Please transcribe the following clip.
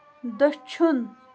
دٔچھُن